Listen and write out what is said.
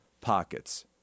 pockets